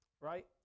right